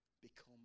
become